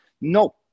No